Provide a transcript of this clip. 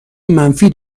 منفی